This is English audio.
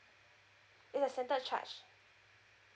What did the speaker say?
it has certain charge